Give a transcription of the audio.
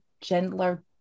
gentler